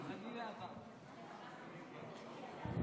סילמן וכלפון צמחו בציונות הדתית,